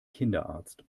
kinderarzt